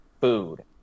food